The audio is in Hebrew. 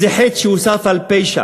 חטא על פשע.